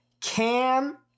Cam